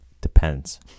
Depends